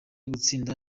gutsinda